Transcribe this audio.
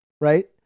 Right